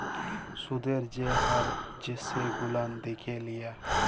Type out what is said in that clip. সুদের যে হার সেগুলান দ্যাখে লিয়া